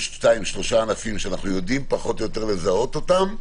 3-2 ענפים שאנחנו יודעים לזהות אותם,